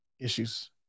issues